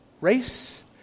race